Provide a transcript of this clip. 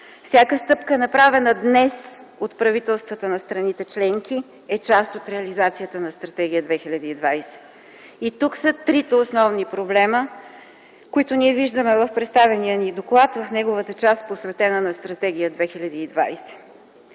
Всяка стъпка, направена днес от правителствата на страните членки, е част от реализацията на Стратегия 2020. Тук са трите основни проблема, които ние виждаме в представения ни доклад - в неговата част, посветена на Стратегия 2020.